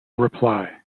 reply